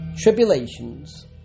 tribulations